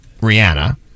Rihanna